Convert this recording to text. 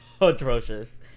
atrocious